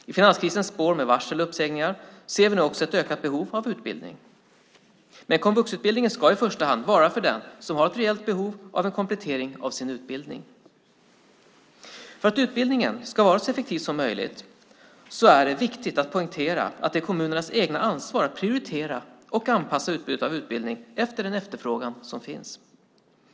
I finanskrisens spår, med varsel och uppsägningar, ser vi nu också ett ökat behov av utbildning. Men komvuxutbildningen ska i första hand vara för den som har ett reellt behov av en komplettering av sin utbildning. För att utbildningen ska vara så effektiv som möjligt är det viktigt att poängtera att det är kommunernas eget ansvar att prioritera och anpassa utbudet av utbildning efter den efterfrågan som finns.